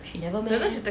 she never meh